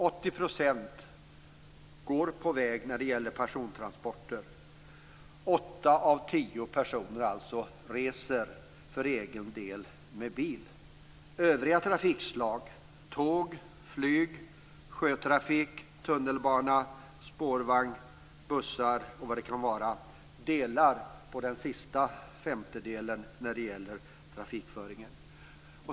När det gäller persontransporter går 80 % på väg. Åtta av tio personer reser alltså för egen del med bil. Övriga trafikslag - tåg, flyg, sjötrafik, tunnelbana, spårvagn, bussar m.m. - delar på den sista femtedelen när det gäller trafikföringen.